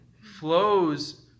flows